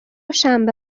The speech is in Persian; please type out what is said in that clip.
شنبه